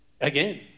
again